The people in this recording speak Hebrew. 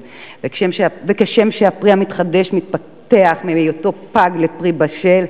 כשם שהפרי המתחדש מתפתח מהיותו פג לפרי בשל,